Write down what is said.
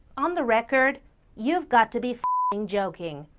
on the record you've got to be fucking joking.